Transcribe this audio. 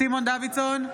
סימון דוידסון,